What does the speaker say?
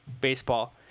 baseball